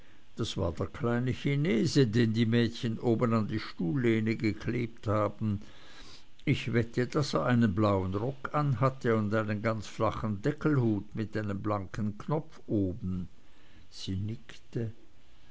das war der kleine chinese den die mädchen oben an die stuhllehne geklebt haben ich wette daß er einen blauen rock anhatte und einen ganz flachen deckelhut mit einem blanken knopf oben sie nickte